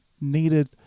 needed